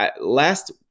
last